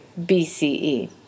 BCE